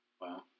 Wow